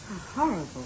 Horrible